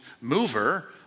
mover